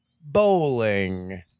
bowling